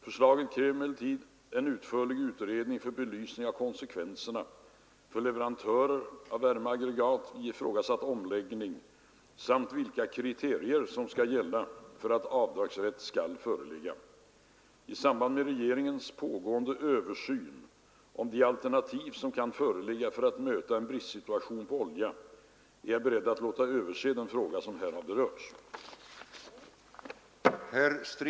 Förslaget kräver emellertid en utförlig utredning för belysning av konsekvenserna för leverantörerna av värmeaggregat vid ifrågasatt omläggning samt vilka kriterier som skall gälla för att avdragsrätt skall föreligga. I samband med regeringens pågående översyn om de alternativ som kan föreligga för att möta en bristsituation på olja, är jag beredd att låta överse den fråga som här berörts.